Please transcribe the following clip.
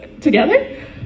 Together